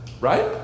right